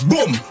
Boom